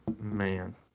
man